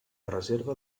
reserva